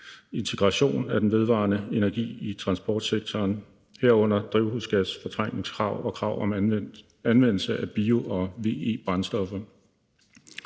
integration af den vedvarende energi i transportsektoren, herunder drivhusgasfortrængningskrav og krav om anvendelse af bio- og VE-brændstoffer.